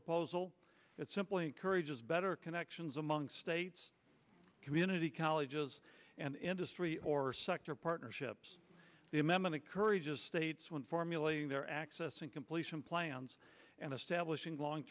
proposal it simply encourages better connections among states community colleges and industry or sector partnerships the amendment encourages states when formulating their access and completion plans and establishing long